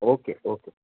okay okay